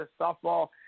Softball